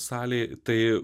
salėj tai